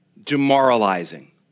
demoralizing